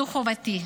זו חובתי.